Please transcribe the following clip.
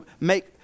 make